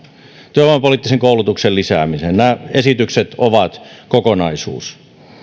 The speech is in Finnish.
työvoimapoliittisen koulutuksen lisäämiseen nämä esitykset ovat kokonaisuus